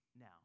now